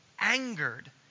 angered